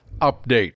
Update